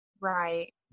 Right